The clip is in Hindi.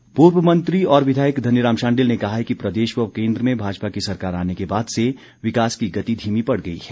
शांडिल पूर्व मंत्री और विधायक धनीराम शांडिल ने कहा है कि प्रदेश व केन्द्र में भाजपा की सरकार आने के बाद से विकास की गति धीमी पड़ गई है